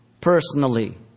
personally